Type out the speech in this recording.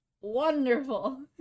wonderful